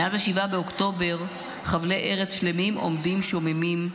מאז 7 באוקטובר חבלי ארץ שלמים עומדים שוממים והרוסים,